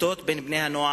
הקטטות בין בני-הנוער,